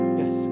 yes